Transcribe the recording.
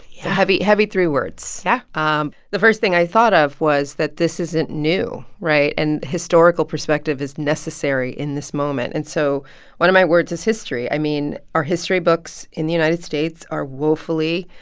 yeah heavy heavy three words yeah, yeah um the first thing i thought of was that this isn't new right? and historical perspective is necessary in this moment. and so one of my words is history. i mean, our history books in the united states are woefully,